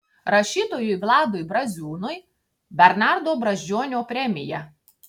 rašytojui vladui braziūnui bernardo brazdžionio premija